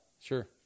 Sure